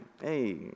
hey